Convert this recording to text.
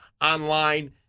online